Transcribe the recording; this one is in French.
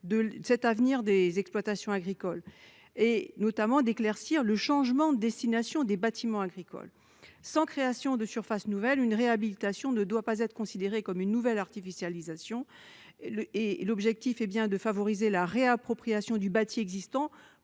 qu'est l'avenir des exploitations agricoles, notamment éclaircir le changement de destination des bâtiments agricoles. Sans création de surfaces nouvelles, une réhabilitation ne doit pas être considérée comme une nouvelle artificialisation. L'objectif est bien de favoriser la réappropriation du bâti existant